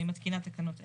אני מתקינה תקנות אלה.